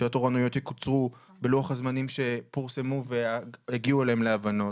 שהתורנויות יקוצרו בלוח הזמנים שפורסמו והגיעו אליהם להבנות.